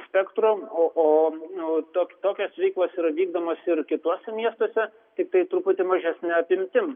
spektro o o tokios veiklos yra vykdomos ir kituose miestuose tiktai truputį mažesne apimtim